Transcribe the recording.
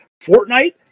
Fortnite